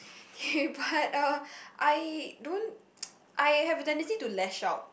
K but uh I don't I have the tendency to lash out